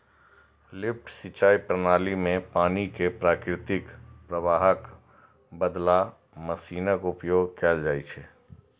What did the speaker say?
lift सिंचाइ प्रणाली मे पानि कें प्राकृतिक प्रवाहक बदला मशीनक उपयोग कैल जाइ छै